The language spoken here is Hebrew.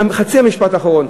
חבר הכנסת מקלב, משפט אחרון.